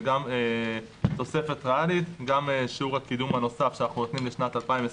זה גם תוספת ריאלית גם שיעור הקידום הנוסף שאנחנו נותנים לשנת 2020,